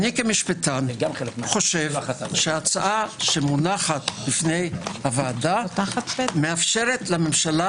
אני כמשפטן חושב שההצעה שמונחת בפני הוועדה מאפשרת לממשלה